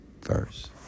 first